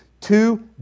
two